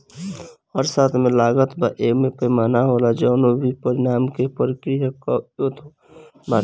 अर्थशास्त्र में लागत एगो पैमाना होला जवन कवनो भी परिणाम के प्रक्रिया कअ योग होत बाटे